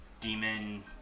demon